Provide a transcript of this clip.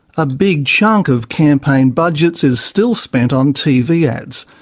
a big chunk of campaign budgets is still spent on tv ads,